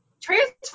transfer